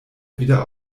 wieder